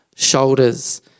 shoulders